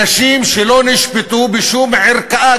אנשים שלא נשפטו בשום ערכאה,